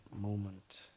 moment